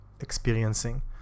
experiencing